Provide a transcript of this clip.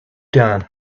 done